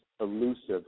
elusive